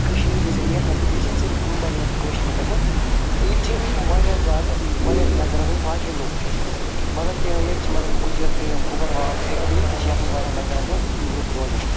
کشیٖر یۄس یہِ چھنہٕ صرف بنیمٕژ کٲشِر لُکن ہنٛد ییٚتہِ چھِ واریاہ زیادٕ واریاہ زیادٕ میقدارس باقی لُکھ تہِ مطلب ییٚتہِ چھُ مطلب گُجر تہِ بکروال تہِ یِم تہِ چھِ یتھ منٛز واریاہ میقدارس منٛز لُکھ روزان